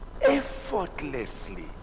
Effortlessly